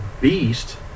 beast